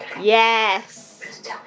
Yes